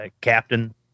Captain